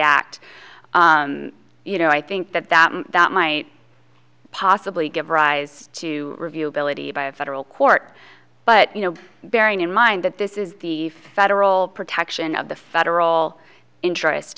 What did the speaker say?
act you know i think that that that might possibly give rise to review ability by a federal court but you know bearing in mind that this is the federal protection of the federal interest